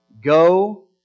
Go